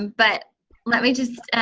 but let me just